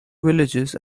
villages